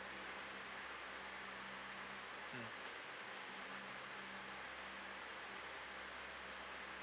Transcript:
mm